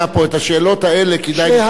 את השאלות האלה כדאי לשאול אותו.